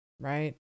Right